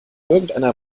irgendeiner